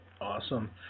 Awesome